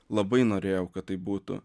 labai norėjau kad tai būtų